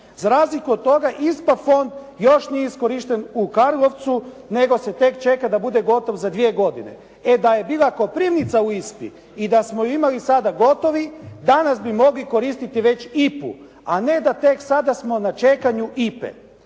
Za razliku od toga ISPA fond još nije iskorišten u Karlovcu, nego se tek čeka da bude gotovo za 2 godine. e da je bila Koprivnica u ISPA-i i da smo je imali sada gotovu, danas bi mogli koristiti već IPA-u, a ne da tek sada smo na čekanju IPA-e.